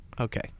Okay